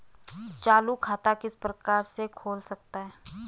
चालू खाता किस प्रकार से खोल सकता हूँ?